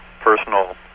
personal